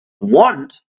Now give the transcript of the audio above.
want